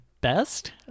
best